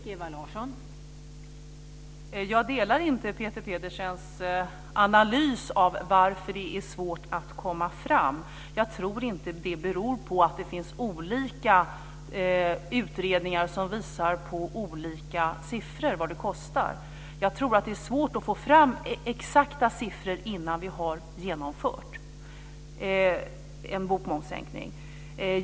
Fru talman! Jag delar inte Peter Pedersens analys av varför det är svårt att komma fram. Jag tror inte att det beror på att det finns olika utredningar som visar på olika siffror. Jag tror att det är svårt att få fram exakta siffror innan det har genomförts en sänkning av bokmomsen.